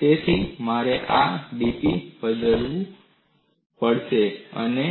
તેથી મારે આ dp બદલવું પડશે અને મને